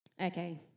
Okay